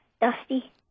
Dusty